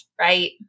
right